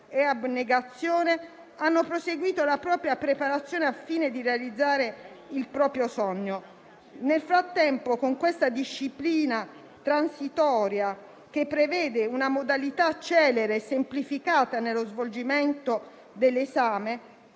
e abnegazione, hanno proseguito la propria preparazione al fine di realizzare il proprio sogno. Nel frattempo, la disciplina transitoria, che prevede una modalità celere e semplificata nello svolgimento dell'esame,